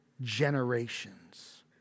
generations